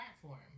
platform